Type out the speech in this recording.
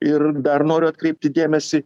ir dar noriu atkreipti dėmesį